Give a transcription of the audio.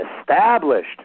established